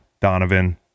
Donovan